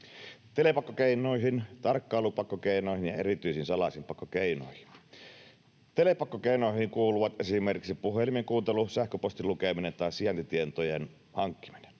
telepakkokeinoihin, tarkkailupakkokeinoihin ja erityisiin salaisiin pakkokeinoihin. Telepakkokeinoihin kuuluvat esimerkiksi puhelimen kuuntelu, sähköpostin lukeminen ja sijaintitietojen hankkiminen.